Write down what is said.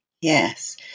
Yes